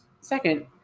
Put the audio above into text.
Second